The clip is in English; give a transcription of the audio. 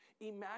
Imagine